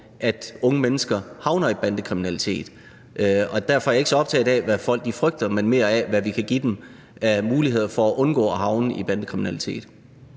at unge mennesker havner i bandekriminalitet. Derfor er jeg ikke så optaget af, hvad folk frygter, men mere af, hvad vi kan give dem af muligheder for at undgå at havne i bandekriminalitet.